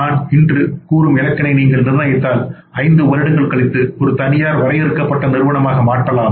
நான் இன்று கூறும் இலக்கினை நீங்கள் நிர்ணயித்தால் ஐந்து வருடங்கள் கழித்து ஒரு தனியார் வரையறுக்கப்பட்ட நிறுவனமாக மாற்றலாம்